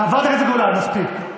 חברת הכנסת גולן, מספיק.